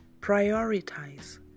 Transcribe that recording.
prioritize